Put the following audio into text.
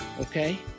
okay